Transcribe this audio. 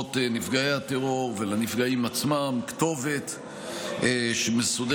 למשפחות נפגעי הטרור ולנפגעים עצמם כתובת מסודרת